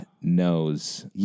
knows